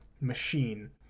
machine